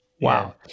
Wow